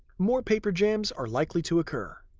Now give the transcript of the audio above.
more paper jams are likely to occur.